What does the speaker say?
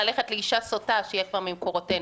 ללכת לאישה סוטה שיהיה כבר ממקורותינו.